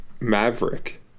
maverick